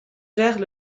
gèrent